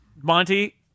Monty